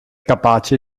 capace